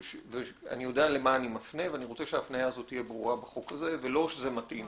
ואני רוצה שההפניה הזאת תהיה ברורה בחוק הזה ולא שזה מתאים.